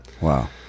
Wow